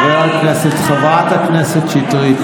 חברת הכנסת שטרית,